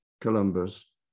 Columbus